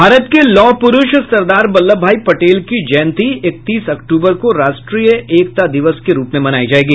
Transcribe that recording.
भारत के लौह पुरुष सरदार वल्लभ भाई पटेल की जयंती इकतीस अक्तूबर को राष्ट्रीय एकता दिवस के रूप में मनाई जायेगी